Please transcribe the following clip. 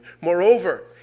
Moreover